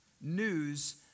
news